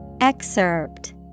Excerpt